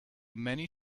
many